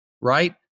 right